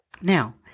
Now